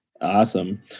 Awesome